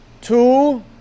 two